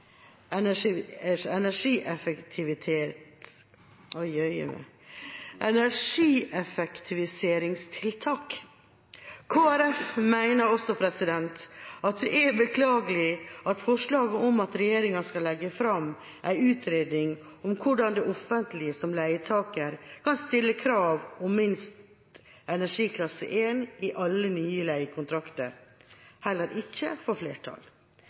energieffektiviseringstiltak. Kristelig Folkeparti mener også at det er beklagelig at forslaget om at regjeringa skal legge fram en utredning om hvordan det offentlige som leietaker kan stille krav om minst energiklasse A i alle nye leiekontrakter, heller ikke får flertall.